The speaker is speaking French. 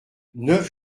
neuf